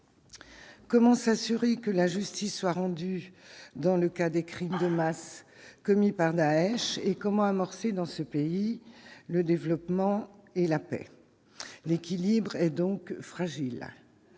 Comment s'assurer que la justice soit rendue dans le cas des crimes de masse commis par Daech et comment amorcer dans ce pays, le développement et la paix, l'équilibre est donc fragile